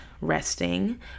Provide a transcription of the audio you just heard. resting